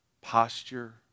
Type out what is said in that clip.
posture